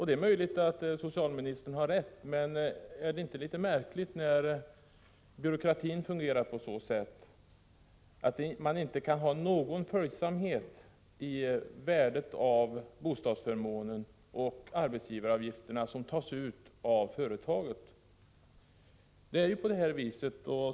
Det är möjligt att socialministern har rätt, men är det inte litet märkligt när byråkratin fungerar på så sätt att man inte kan ha någon följsamhet i värdet av bostadsförmånen och de arbetsgivaravgifter som tas ut av vederbörande företag?